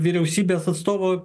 vyriausybės atstovo